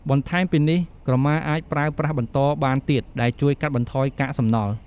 បន្ថែមពីនេះក្រមាអាចប្រើប្រាស់បន្តបានទៀត ដែលជួយកាត់បន្ថយកាកសំណល់។